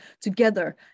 together